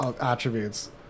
attributes